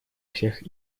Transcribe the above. всех